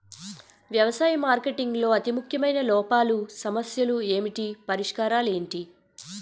వ్యవసాయ మార్కెటింగ్ లో అతి ముఖ్యమైన లోపాలు సమస్యలు ఏమిటి పరిష్కారాలు ఏంటి?